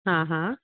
हा हा